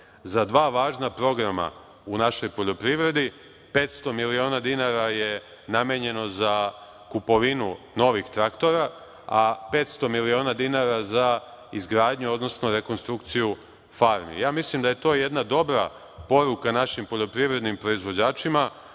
za dva važna programa u našoj poljoprivredi 500 miliona dinara je namenjeno za kupovinu novih traktora, a 500 miliona dinara za izgradnju, odnosno rekonstrukciju farmi, ja mislim da je to jedna dobra poruka našim poljoprivrednim proizvođačima